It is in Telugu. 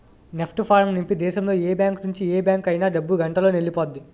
నెఫ్ట్ ఫారం నింపి దేశంలో ఏ బ్యాంకు నుంచి ఏ బ్యాంక్ అయినా డబ్బు గంటలోనెల్లిపొద్ది